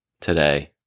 today